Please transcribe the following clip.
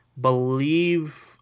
believe